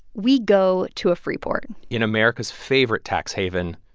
we go to a free port in america's favorite tax haven.